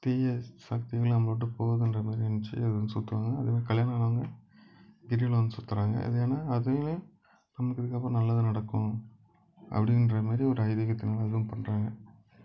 தீய சக்திகள்லாம் நம்மள விட்டு போகும்ன்ற மாரி இருந்துச்சி அது வந்து சுற்றுவாங்க அதுவும் கல்யாணம் ஆனவங்க கிரிவலம் வந்து சுத்துறாங்க இது ஏன்னா அதுவும் நமக்கு இதுக்கப்புறம் நல்லது நடக்கும் அப்படின்ற மாரி ஒரு ஐதீகத்தினால அதுவும் பண்ணுறாங்க